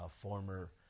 former